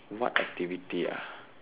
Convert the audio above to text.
what activity ah